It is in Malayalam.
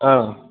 ആ